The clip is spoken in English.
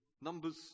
Numbers